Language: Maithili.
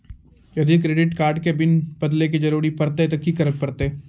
यदि क्रेडिट कार्ड के पिन बदले के जरूरी परतै ते की करे परतै?